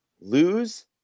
lose